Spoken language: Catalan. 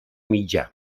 mitjà